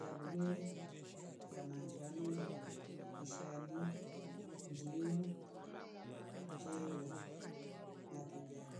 Yabulewe he ya manshano hi, ishani, ngiu, njewa na kijani